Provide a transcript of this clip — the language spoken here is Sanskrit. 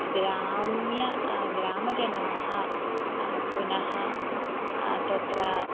ग्राम्यः ग्रामजनाः पुनः तत्र